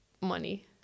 money